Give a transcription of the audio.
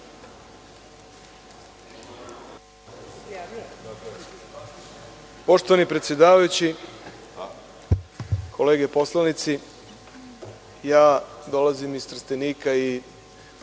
Poštovani predsedavajući, kolege poslanici, dolazim iz Trstenika i